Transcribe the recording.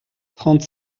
trente